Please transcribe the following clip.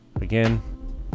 again